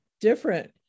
different